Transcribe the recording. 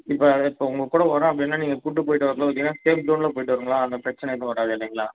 இப்போ இப்போ உங்க கூட வர்றோம் அப்படினா நீங்கள் கூப்பிட்டு போய்ட்டு வர்றதுக்கு சேஃப் ஜோனில் போய்ட்டு வருவோங்களா அங்கே பிரச்சனை ஏதும் வராது இல்லைங்களா